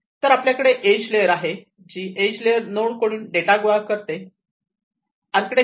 तर आपल्याकडे edge layer आहे जी एज नोड कडून डेटा गोळा करते